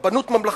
רבנות ממלכתית,